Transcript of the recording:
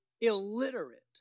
illiterate